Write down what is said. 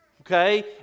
okay